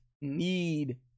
need